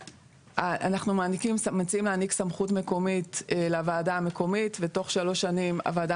אנחנו מציעים להעניק סמכות מקומית לוועדה המקומית ותוך שלוש שנים הוועדה